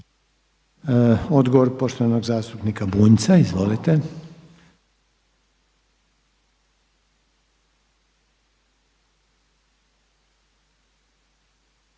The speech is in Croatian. Odgovor poštovanog zastupnika Bunjca, izvolite.